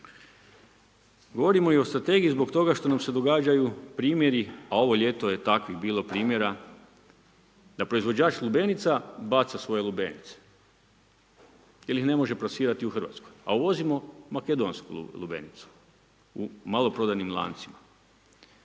Govorimo i o strategiji zbog toga što nam se događaju primjeri, a ovo ljeto je takvih bilo primjera, da proizvođač lubenica baca svoje lubenice, jer ih ne može plasirati u Hrvatsku a uvozimo makedonsku lubenicu u maloprodajnim lancima.